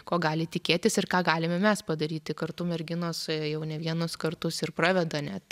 ko gali tikėtis ir ką galime mes padaryti kartu merginos jau ne vienus kartus ir praveda net